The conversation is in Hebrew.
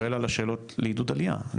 אני שואל על השאלות לעידוד עלייה.